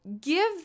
give